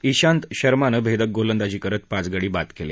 डीांत शर्मानं भेदक गोलंदाजी करत पाच गडी बाद केले